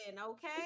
okay